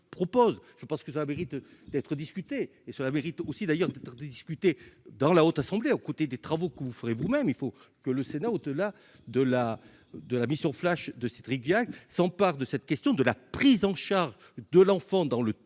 je pense que ça un mérite d'être discuté et cela mérite aussi d'ailleurs d'être discuté dans la Haute assemblée a coûté des travaux que vous ferez vous-même, il faut que le Sénat au delà de la de la mission flash de Cédric Jacques s'emparent de cette question de la prise en charge de l'enfant dans le temps de